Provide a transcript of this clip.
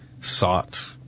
sought